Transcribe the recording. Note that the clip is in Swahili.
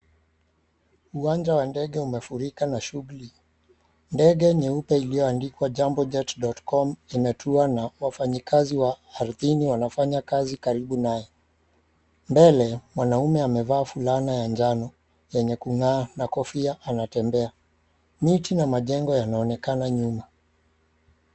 Uwanja wa ndege umefurika na mashughuli nyingi . Ndege nyeupe iliyoandikwa Jambo jet.com limetua na wafanyikazi wa ardhini wanafanya kazi karibu nae. Mbele mwanaume amevaa fulana ya njano yenye kung'aa na kofia anatembea. Miti na majengo yanaonekana nyuma.